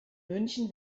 münchen